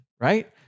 right